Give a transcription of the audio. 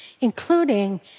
including